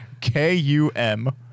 K-U-M